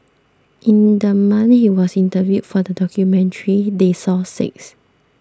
in the month he was interviewed for the documentary they saw six